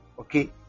Okay